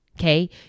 Okay